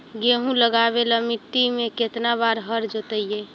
गेहूं लगावेल मट्टी में केतना बार हर जोतिइयै?